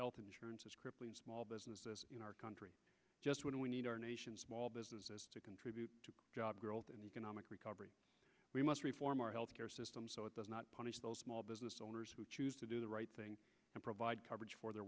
health insurance is crippling small businesses in our country and we need our nation's small businesses to contribute to job growth and economic recovery we must reform our health care system so it does not punish those small business owners who choose to do the right thing and provide coverage for their